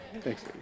Thanks